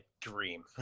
dream